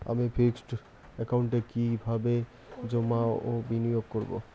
আমি ফিক্সড একাউন্টে কি কিভাবে জমা ও বিনিয়োগ করব?